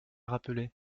rappeler